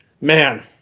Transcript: man